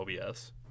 OBS